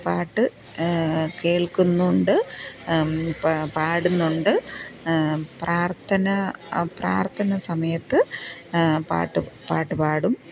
പാട്ട് കേൾക്കുന്നുണ്ട് പ പാടുന്നുണ്ട് പ്രാർത്ഥന പ്രാർത്ഥന സമയത്ത് പാട്ട് പാട്ട് പാടും